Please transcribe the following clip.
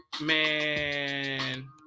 man